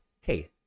Hey